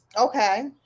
Okay